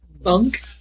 Bunk